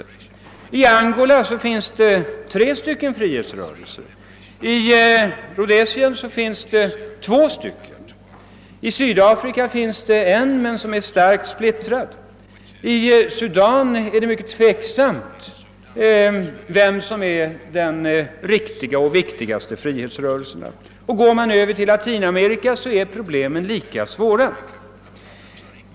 I Angola finns det tre frihetsrörelser. I Rhodesia finns det två frihetsrörelser. I Sydafrika finns det en frihetsrörelse, som dock är starkt splittrad. I Sudan är det mycket tveksamt vilken som är den riktiga och viktigaste frihetsrörelsen. Och går vi över till Latinamerika finner vi att problemet är lika svårt där.